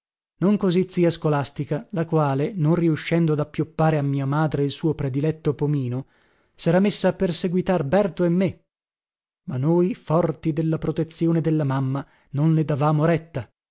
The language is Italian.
non così zia scolastica la quale non riuscendo ad appioppare a mia madre il suo prediletto pomino sera messa a perseguitar berto e me ma noi forti della protezione della mamma non le davamo retta